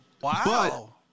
Wow